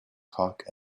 cock